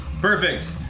Perfect